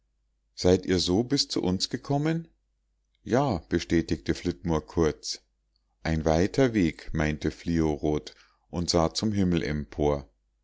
seid ihr so bis zu uns gekommen ja bestätigte flitmore kurz ein weiter weg meinte fliorot und sah zum himmel empor